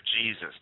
Jesus